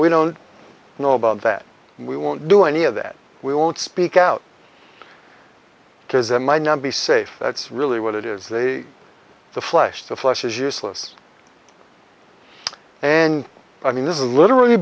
we don't know about that and we won't do any of that we won't speak out because it might not be safe that's really what it is they are the flesh the flesh is useless and i mean this is literally